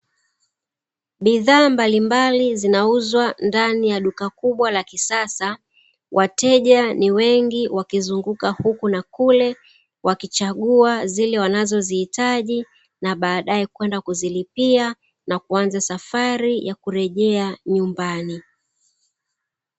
Bidhaa mbalimbali zinauzwa ndani ya duka kubwa kisasa wateja ni wengi, wakizunguka huku na kule wakichagua zile wanazozihitaji na baadae kwenda kuzilipia na kuanza safari ya kurejea nyumbani.